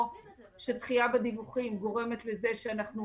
או שדחייה בדיווחים גורמת לזה שאנחנו